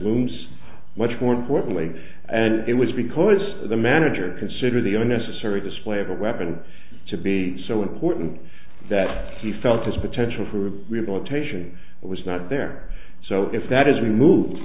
what's more importantly and it was because the manager consider the unnecessary display of a weapon to be so important that he felt his potential for rehabilitation was not there so if that is remove